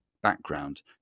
background